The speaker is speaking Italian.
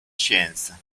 scienza